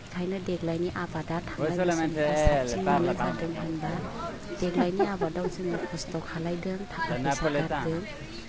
बेखायनो देग्लायनि आबादा थांनाय बोसोरनिफ्राय साबसिन मानो जादों होनबा देग्लायनि आबादाव जोङो खस्थ' खालायदों ताका फैसा गारदों